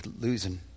losing